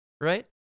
right